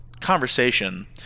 conversation